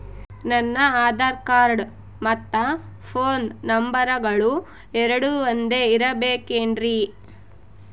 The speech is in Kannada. ನನ್ನ ಆಧಾರ್ ಕಾರ್ಡ್ ಮತ್ತ ಪೋನ್ ನಂಬರಗಳು ಎರಡು ಒಂದೆ ಇರಬೇಕಿನ್ರಿ?